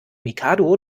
mikado